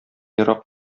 ерак